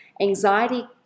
anxiety